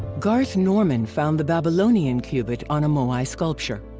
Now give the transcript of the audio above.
garth norman found the babylonian cubit on a moai sculpture.